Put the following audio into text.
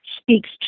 speaks